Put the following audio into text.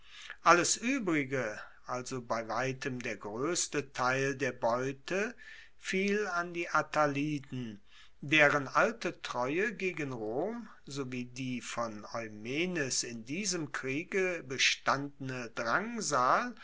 alles uebrige also bei weitem der groesste teil der beute fiel an die attaliden deren alte treue gegen rom sowie die von eumenes in diesem kriege bestandene drangsal